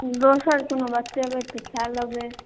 दोसर कोनो बतेबै तऽ खा लेबै